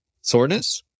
Soreness